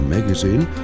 Magazine